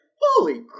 holy